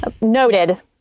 Noted